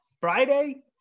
Friday